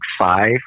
five